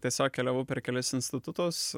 tiesiog keliavau per kelis institutus